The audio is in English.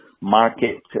market